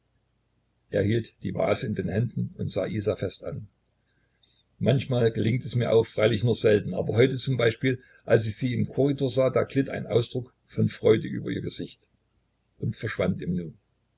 hielt die vase in den händen und sah isa fest an manchmal gelingt es mir auch freilich nur selten aber heute zum beispiel als ich sie im korridor sah da glitt ein ausdruck von freude über ihr gesicht und verschwand im nu